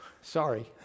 Sorry